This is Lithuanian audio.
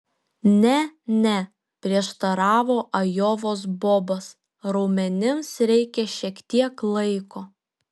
ne ne prieštaravo ajovos bobas raumenims reikia šiek tiek laiko